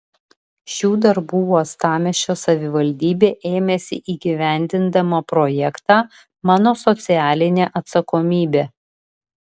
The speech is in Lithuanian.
šių darbų uostamiesčio savivaldybė ėmėsi įgyvendindama projektą mano socialinė atsakomybė